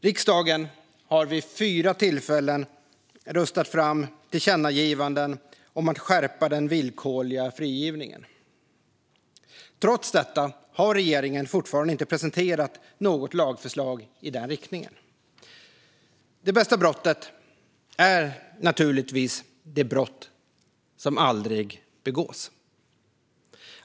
Riksdagen har vid fyra tillfällen röstat fram tillkännagivanden om att skärpa den villkorliga frigivningen. Trots detta har regeringen fortfarande inte presenterat något lagförslag i den riktningen. Det bästa brottet är naturligtvis det brott som aldrig begås.